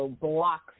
blocks